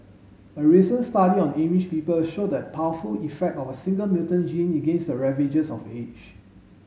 a recent study on Amish people showed that powerful effect of a single mutant gene against the ravages of age